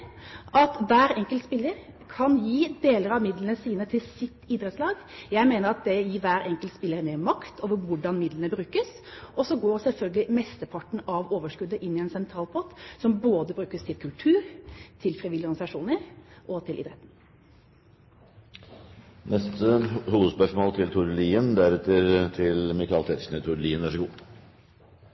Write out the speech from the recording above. at hver enkelt spiller kan gi deler av midlene sine til sitt idrettslag. Jeg mener at det gir hver enkelt spiller mer makt over hvordan midlene brukes, og så går selvfølgelig mesteparten av overskuddet inn i en sentralpott som både brukes til kultur, til frivillige organisasjoner og til idretten. Da går vi til neste hovedspørsmål.